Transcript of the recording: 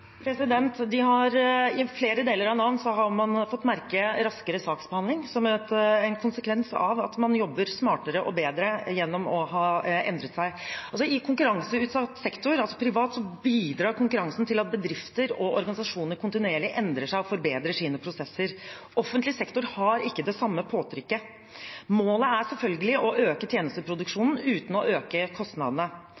I flere deler av Nav har man fått merke det i form av en raskere saksbehandling, som er en konsekvens av at man jobber smartere og bedre gjennom å ha endret seg. I konkurranseutsatt sektor – altså i privat sektor – bidrar konkurransen til at bedrifter og organisasjoner kontinuerlig endrer seg og forbedrer sine prosesser. Offentlig sektor har ikke det samme påtrykket. Målet er selvfølgelig å øke